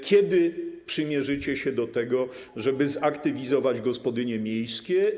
Kiedy przymierzycie się do tego, żeby zaktywizować gospodynie miejskie?